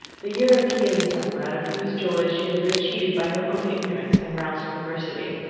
the european summer out of whose joys she had been cheated by her own ignorance and ralph's perversity.